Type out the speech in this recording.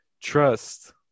trust